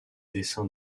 dessin